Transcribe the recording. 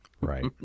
right